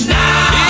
now